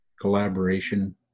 collaboration